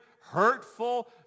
hurtful